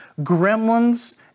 gremlins